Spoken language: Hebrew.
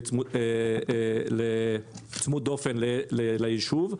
צמוד-דופן ליישוב,